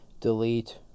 Delete